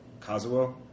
Kazuo